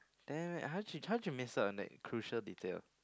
damn it how did you how did you miss out on that crucial detail